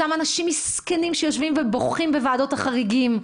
אותם אנשים מסכנים שיושבים ובוכים בוועדות החריגים,